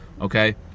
okay